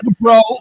bro